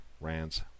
rants